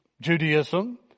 Judaism